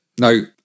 no